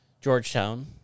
Georgetown